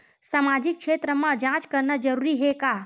सामाजिक क्षेत्र म जांच करना जरूरी हे का?